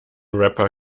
rapper